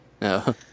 No